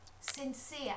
sincere